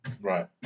Right